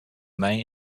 mei